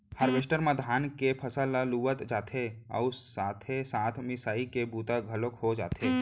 harvester म धान के फसल ल लुवत जाथे अउ साथे साथ मिसाई के बूता घलोक हो जाथे